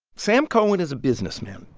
sam cohen is a businessman.